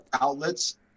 outlets